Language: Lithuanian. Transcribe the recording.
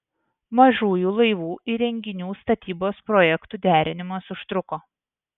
mažųjų laivų įrenginių statybos projektų derinimas užtruko